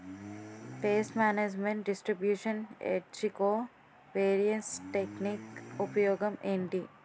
paste management distribution ఏజ్జి covariance technique ఉపయోగం ఏంటి